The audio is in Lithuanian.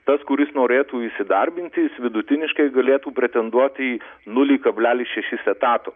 tas kuris norėtų įsidarbinti jis vidutiniškai galėtų pretenduoti į nulį kablelis šešis etato